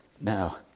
Now